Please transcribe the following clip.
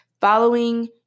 Following